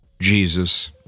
Jesus